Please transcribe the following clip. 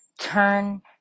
turn